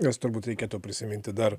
nes turbūt reikėtų prisiminti dar